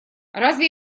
разве